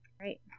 right